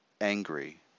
angry